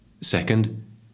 Second